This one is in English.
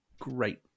great